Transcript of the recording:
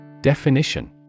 Definition